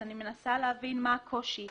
מה הקושי?